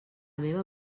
meva